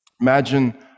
imagine